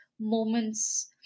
moments